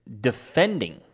defending